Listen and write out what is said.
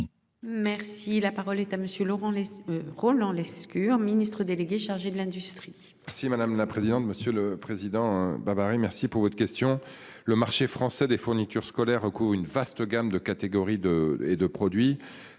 Merci la parole est à monsieur Laurent. Roland Lescure Ministre délégué chargé de l'industrie. Si madame la présidente, monsieur le président. Babary merci pour votre question. Le marché français des fournitures scolaires coup une vaste gamme de catégorie de et de produits.